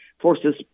forces